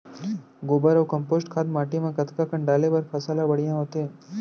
गोबर अऊ कम्पोस्ट खाद माटी म कतका कन डाले बर फसल ह बढ़िया होथे?